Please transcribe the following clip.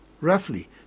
roughly